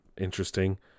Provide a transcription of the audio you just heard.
Interesting